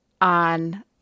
on